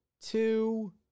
two